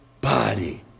body